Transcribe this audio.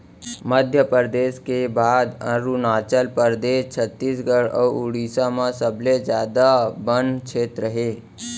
मध्यपरेदस के बाद अरूनाचल परदेस, छत्तीसगढ़ अउ उड़ीसा म सबले जादा बन छेत्र हे